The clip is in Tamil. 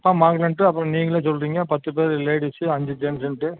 அப்போ மாங்கலன்ட்டு அப்புறம் நீங்களே சொல்கிறீங்க பத்து பேர் லேடிஸ் அஞ்சு ஜென்ஸன்ட்டு